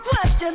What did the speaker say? question